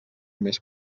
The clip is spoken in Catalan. més